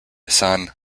son